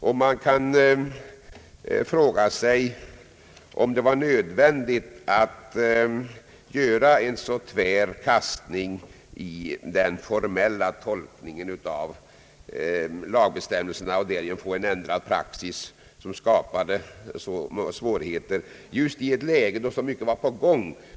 Många har frågat sig om det var nödvändigt att göra en så tvär kastning i den formella tolkningen av lagbestämmelserna och därigenom skapa en ändrad praxis som vållade svårigheter just i ett läge då så mycket i fråga om rationaliseringar var på gång.